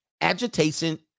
agitation